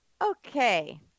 Okay